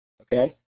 okay